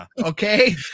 Okay